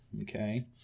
okay